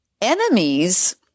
enemies